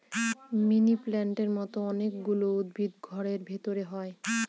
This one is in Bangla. মানি প্লান্টের মতো অনেক গুলো উদ্ভিদ ঘরের ভেতরে হয়